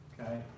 okay